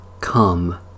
Come